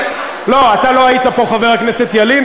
לא, אתה לא היית פה, חבר הכנסת ילין.